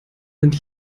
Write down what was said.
sind